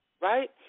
Right